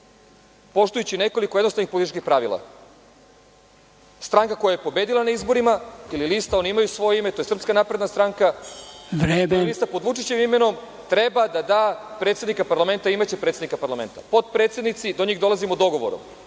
poštujući nekoliko jednostavnih političkih pravila. Stranka koja je pobedila na izborima ili lista, oni imaju svoje ime, to je SNS, lista pod Vučićevim imenom, treba da da predsednika parlamenta, imaće predsednika parlamenta. Potpredsednici, do njih dolazimo u dogovoru. Uvek